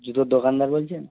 জুতোর দোকানদার বলছেন